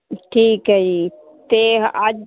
ਠੀਕ ਹ ਜੀ ਤੇ ਅੱਜ